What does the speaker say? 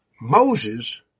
Moses